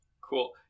Cool